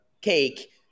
Cake